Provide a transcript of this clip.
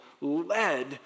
led